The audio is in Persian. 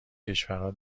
کشورهای